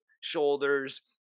shoulders